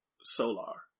solar